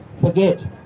forget